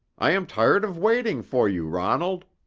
i am tired of waiting for you. ronald!